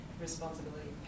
responsibility